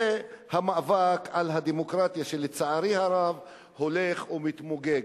זה המאבק על הדמוקרטיה, שלצערי הרב הולך ומתפוגג.